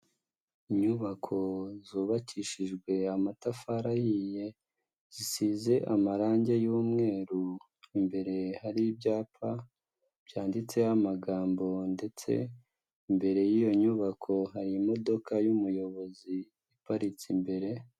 Inyubako zubakishijwe amatafari ahiye, zisize amarangi y'umweru, imbere hari ibyapa byanditseho amagambo ndetse imbere y'iyo nyubako hari imodoka y'umuyobozi iparitse imbere.